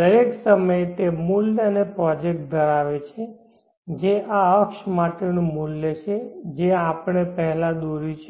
દરેક સમયે તે મૂલ્ય અને પ્રોજેક્ટ ધરાવે છે જે આ અક્ષ માટેનું મૂલ્ય છે જે આપણે પહેલા દોર્યું છે